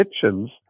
kitchens